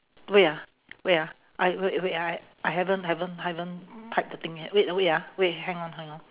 wait ah wait ah I wait wait ah I haven't haven't haven't type the thing yet wait ah wait ah wait hang on hang on